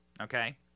Okay